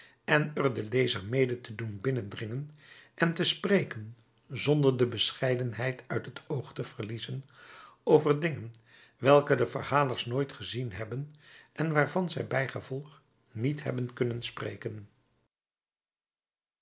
en er den lezer mede te doen binnendringen en te spreken zonder de bescheidenheid uit het oog te verliezen over dingen welke de verhalers nooit gezien hebben en waarvan zij bijgevolg niet hebben kunnen spreken